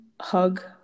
hug